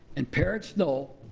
and parents know